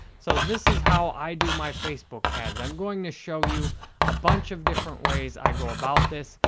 so, this is how i do my facebook ads. i'm going to show you a bunch of different ways i go about this.